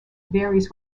varies